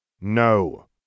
No